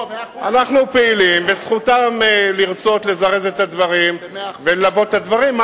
אנחנו פעילים וזכותם לרצות לזרז את הדברים וללוות את הדברים,